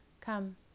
Come